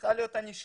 צריכה להיות ענישה.